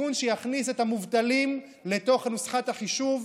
תיקון שיכניס את המובטלים לתוך נוסחת החישוב.